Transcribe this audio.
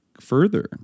further